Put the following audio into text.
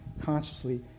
consciously